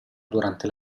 durante